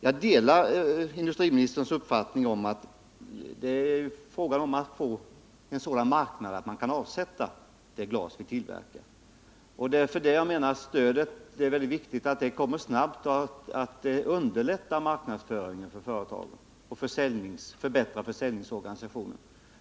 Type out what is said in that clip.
Jag delar industriministerns uppfattning om att det gäller att få en sådan marknad att man kan avsätta det glas som tillverkas. Det är också därför det enligt min mening är mycket viktigt att stödet sätts in snabbt, så att det kan bidra till att underlätta företagens marknadsföring och öka deras möjligheter att förbättra försäljningsorganisationen.